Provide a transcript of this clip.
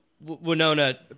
Winona